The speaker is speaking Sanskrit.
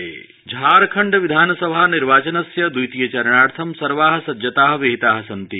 झारखण्ड निर्वाचनम् झारखण्ड विधानसभा निर्वाचनस्य दवितीय चरणार्थं सर्वा सज्जता विहिता सन्ति